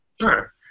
Sure